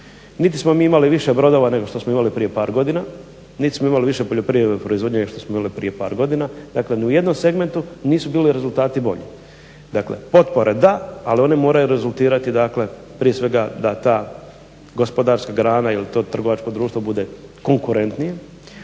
Niti smo mi imali više brodova nego što smo imali prije par godina niti smo imali više poljoprivredne proizvodnje nego što smo imali prije par godina, dakle ni u jednom segmentu nisu bili rezultati bolji. Dakle potpore da ali one moraju rezultirati prije svega da ta gospodarska grana ili to trgovačko društvo bude konkurentnije